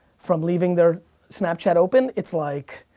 from leaving their snapchat open, it's like.